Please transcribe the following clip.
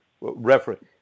reference